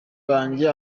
banjye